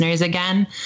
again